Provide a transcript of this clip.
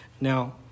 Now